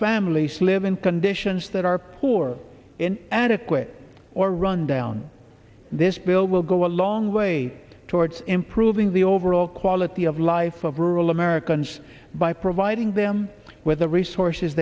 families live in conditions that are poor in adequate or rundown this bill will go a long way towards improving the overall quality of life of rural americans by providing them with the resources